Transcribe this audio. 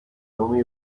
only